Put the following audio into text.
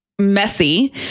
Messy